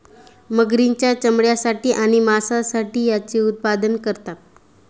मगरींच्या चामड्यासाठी आणि मांसासाठी याचे उत्पादन करतात